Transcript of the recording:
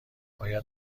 باید